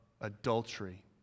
adultery